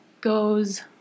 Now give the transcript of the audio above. goes